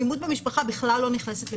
אלימות במשפחה בכלל לא נכנסת לפתחי.